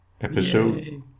Episode